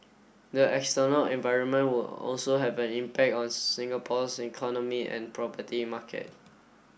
the external environment would also have an impact on Singapore's economy and property market